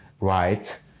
right